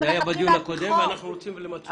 זה היה בדיון הקודם, אנחנו רוצים למצות את הדברים.